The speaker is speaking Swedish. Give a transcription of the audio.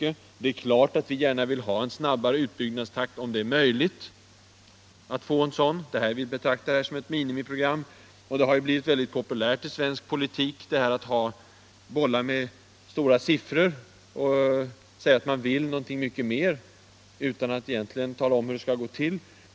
Det är klart att vi gärna vill Barnomsorgen 55 Barnomsorgen ha en snabbare utbyggnadstakt om det är möjligt att få en sådan. Detta är ju att betrakta som ett minimiprogram. Det har blivit populärt i svensk politik att bolla med stora siffror och säga att man vill någonting utan att egentligen tala om hur det skall gå till.